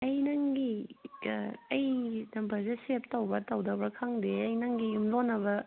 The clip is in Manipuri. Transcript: ꯑꯩ ꯅꯪꯒꯤ ꯑꯩ ꯅꯝꯕꯔꯁꯦ ꯁꯦꯕ ꯇꯧꯕ꯭ꯔꯥ ꯇꯧꯗꯕ꯭ꯔꯥ ꯈꯪꯗꯦ ꯑꯩ ꯅꯪꯒꯤ ꯌꯨꯝꯂꯣꯟꯅꯕ